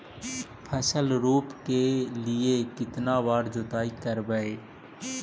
फसल रोप के लिय कितना बार जोतई करबय?